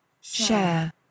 Share